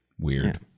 Weird